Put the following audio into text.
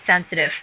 sensitive